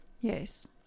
yes